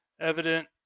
evident